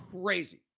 crazy